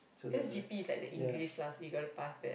cause G_P is like the English lah so you gotta pass that